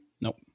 Nope